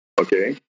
okay